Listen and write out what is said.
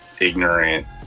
ignorant